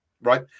Right